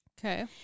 Okay